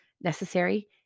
necessary